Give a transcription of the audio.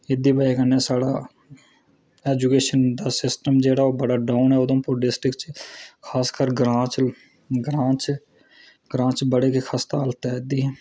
एह्दी बजह ने साढ़ा ऐजुकेशन दा सिस्टम ऐ जेह्ड़ा बड़ा डाउन ऐ उधमपुर डिस्ट्रक्ट च खासकर ग्रां च ग्रां च बड़ी खसता हालत ऐ